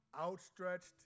outstretched